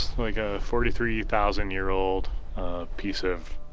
like a forty three thousand year old piece of,